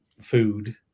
food